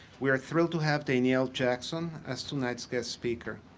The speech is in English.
we are thrilled to have danielle jackson as tonight's guest speaker.